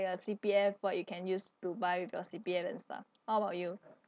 you have C_P_F what you can use to buy with your C_P_F and stuff how about you